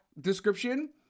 description